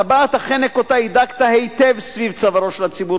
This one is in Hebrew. טבעת החנק שהידקת היטב סביב צווארו של הציבור